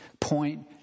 point